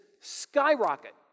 skyrocket